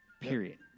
Period